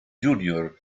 junior